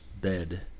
bed